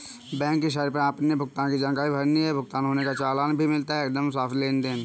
bank की site पर अपने भुगतान की जानकारी भरनी है, भुगतान होने का चालान भी मिलता है एकदम साफ़ लेनदेन